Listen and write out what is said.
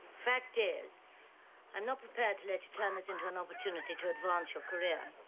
fact is i'm not prepared to let you turn this into an opportunity to advance your career.